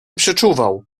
przeczuwał